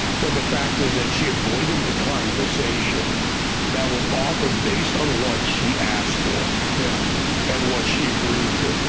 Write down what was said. but the fact is that she avoided the conversation that was offered based on what she asked for, yeah and what she agreed to,